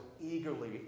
eagerly